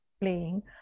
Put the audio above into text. playing